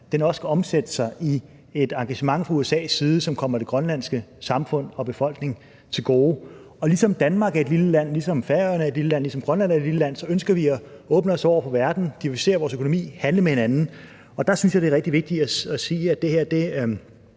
også skal omsætte sig i et engagement fra USA's side, som kommer det grønlandske samfund og den grønlandske befolkning til gode. Danmark er et lille land, Færøerne er et lille land, og Grønland er et lille land, og derfor ønsker vi at åbne os over for verden, diversificere vores økonomi og handle med hinanden. Der synes jeg, det er rigtig vigtigt at sige, at det her